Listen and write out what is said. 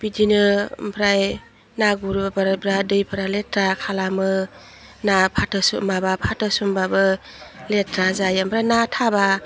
बिदिनो आमफ्राय ना गुरोब्राब्रा दैफ्रा लेथ्रा खालामो ना फाथो सोमाबा फाथो सोमबाबो लेथ्रा जायो आमफाय ना थाबा